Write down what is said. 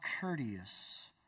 courteous